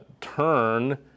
turn